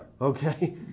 Okay